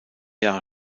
jahre